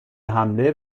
حمله